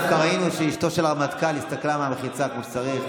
דווקא ראינו שאשתו של הרמטכ"ל הסתכלה מהמחיצה כמו שצריך.